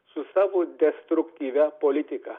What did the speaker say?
su savo destruktyvia politika